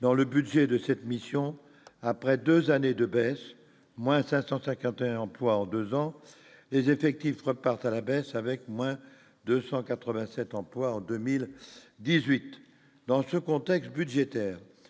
dans le budget de cette mission après 2 années de baisse, moins 550 emplois en 2 ans et détective repartent à la baisse avec moins de 187 emplois en 2018 dans ce contexte budgétaire,